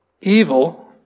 evil